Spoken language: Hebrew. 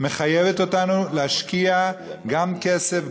מחייבים אותנו להשקיע גם כסף,